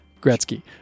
Gretzky